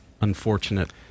unfortunate